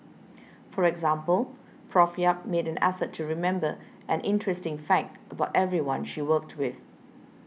for example Prof Yap made an effort to remember an interesting fact about everyone she worked with